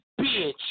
bitch